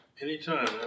Anytime